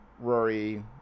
Rory